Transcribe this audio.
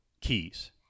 Keys